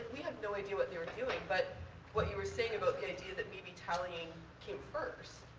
we have no idea what they were doing. but what you were saying about the idea that maybe tallying came first